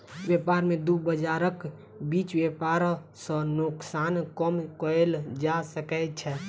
व्यापार में दू बजारक बीच व्यापार सॅ नोकसान कम कएल जा सकै छै